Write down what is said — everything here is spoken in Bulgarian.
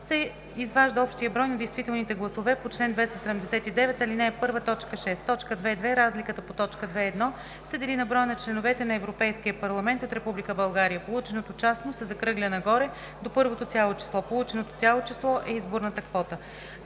се изважда общият брой на действителните гласове по чл. 279, ал. 1, т. 6. 2.2. Разликата по т. 2.1 се дели на броя на членовете на Европейския парламент от Република България. Полученото частно се закръгля нагоре до първото цяло число. Полученото цяло число е изборната квота.